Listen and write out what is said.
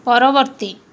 ପରବର୍ତ୍ତୀ